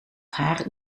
haar